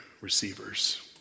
receivers